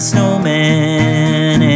Snowman